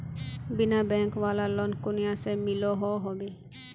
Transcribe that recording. बिना बैंक वाला लोन कुनियाँ से मिलोहो होबे?